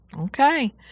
Okay